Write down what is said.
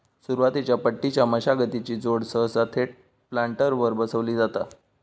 सुरुवातीच्या पट्टीच्या मशागतीची जोड सहसा थेट प्लांटरवर बसवली जाता